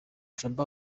shaban